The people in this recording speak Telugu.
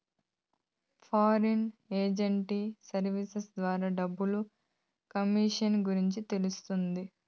ఫారిన్ ఎక్సేంజ్ సర్వీసెస్ ద్వారా డబ్బులు కమ్యూనికేషన్స్ గురించి తెలుస్తాది